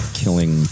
killing